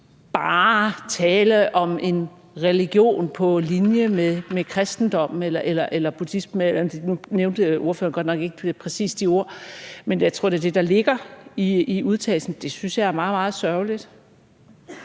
bare er tale om en religion på linje med kristendommen eller buddhismen – nu nævnte ordføreren godt nok ikke præcis de ord, men jeg tror, at det er det, der ligger i udtalelsen – og det synes jeg er meget, meget sørgeligt.